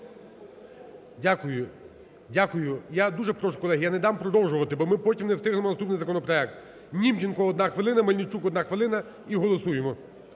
дякую. Я дуже прошу, колеги, я не дав продовжувати, бо ми потім не встигнемо наступний законопроект. Німченко – одна хвилина, Мельничук – одна хвилина, і голосуємо.